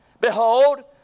Behold